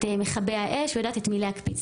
את מכבי האש ויודעת את מי להקפיץ.